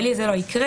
שלי זה לא יקרה.